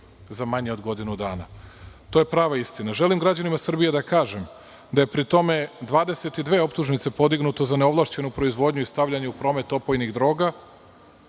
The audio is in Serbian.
za manje od godinu dana. To je prava istina. Želim građanima Srbije da kažem da je pri tome 22 optužnice podignuto za neovlašćenu proizvodnju i stavljanje u promet opojnih droga.